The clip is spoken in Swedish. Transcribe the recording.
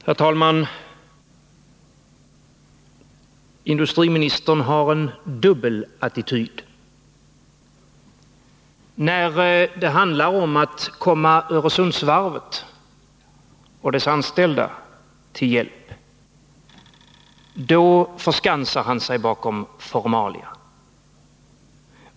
Herr talman! Industriministern har en dubbel attityd. När det handlar om att komma Öresundsvarvet och dess anställda till hjälp förskansar han sig bakom formalia.